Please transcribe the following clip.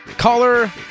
Caller